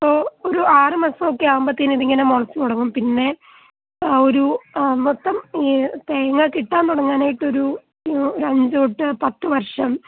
ഇപ്പോൾ ഒരു ആറുമാസമൊക്കെ ആകുമ്പോഴ്ത്തേനും ഇതിങ്ങനെ മുളച്ച് തുടങ്ങും പിന്നെ ആ ഒരു മൊത്തം ഈ തേങ്ങ കിട്ടാൻ തുടങ്ങാനായിട്ടൊരു ഒരു അഞ്ച് തൊട്ട് പത്ത് വർഷം